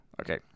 Okay